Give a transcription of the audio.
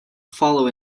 follow